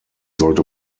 sollte